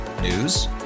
news